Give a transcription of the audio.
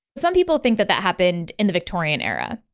some people think that that happened in the victorian era,